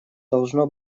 должно